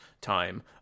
time